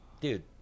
dude